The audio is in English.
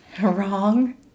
Wrong